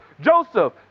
Joseph